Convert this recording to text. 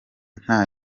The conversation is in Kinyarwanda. nta